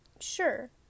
sure